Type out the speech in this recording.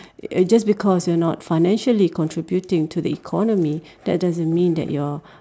it just because you are not financially contributing to the economy that doesn't mean that you're